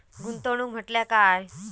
गुंतवणूक म्हटल्या काय?